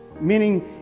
meaning